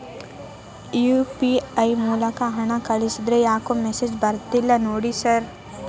UPI ಮೂಲಕ ಹಣ ಕಳಿಸಿದ್ರ ಯಾಕೋ ಮೆಸೇಜ್ ಬರ್ತಿಲ್ಲ ನೋಡಿ ಸರ್?